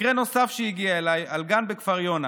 מקרה נוסף שהגיע אליי הוא על גן בכפר יונה.